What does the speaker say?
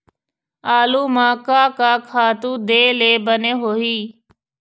आलू म का का खातू दे ले बने होही?